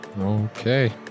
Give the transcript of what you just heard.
Okay